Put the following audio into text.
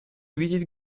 видеть